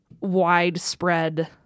widespread